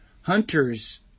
Hunters